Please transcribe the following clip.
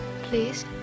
Please